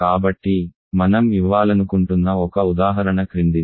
కాబట్టి మనం ఇవ్వాలనుకుంటున్న ఒక ఉదాహరణ క్రిందిది